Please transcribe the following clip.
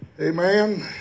Amen